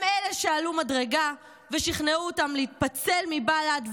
הם אלו שעלו מדרגה ושכנעו אותם להתפצל מבל"ד,